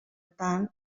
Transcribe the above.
tant